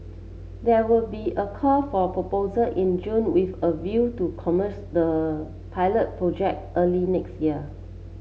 there will be a call for proposal in June with a view to commence the pilot project early next year